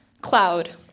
Cloud